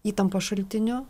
įtampos šaltiniu